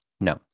No